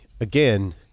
again